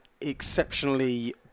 exceptionally